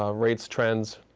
um rates, trends?